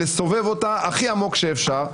לסובב אותה הכי עמוק שאפשר,